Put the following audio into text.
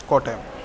कोटेयं